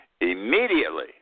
Immediately